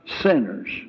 sinners